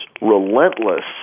relentless